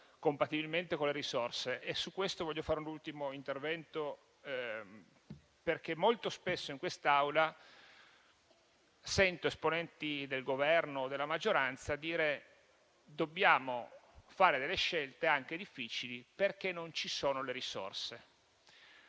compatibilmente con le risorse. Su questo vorrei fare un'ultima considerazione, perché molto spesso in quest'Aula sento esponenti del Governo o della maggioranza dire che dobbiamo fare scelte anche difficili, perché non ci sono le risorse.